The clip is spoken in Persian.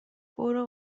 برو